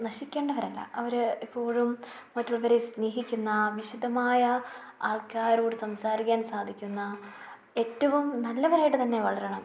നശിക്കേണ്ടവരല്ല അവർ എപ്പോഴും മറ്റുള്ളവരെ സ്നേഹിക്കുന്ന വിശദമായ ആൾക്കാരോട് സംസാരിക്കാൻ സാധിക്കുന്ന ഏറ്റവും നല്ലവരായിട്ടുതന്നെ വളരണം